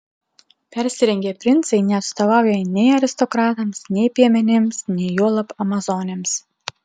persirengę princai neatstovauja nei aristokratams nei piemenims nei juolab amazonėms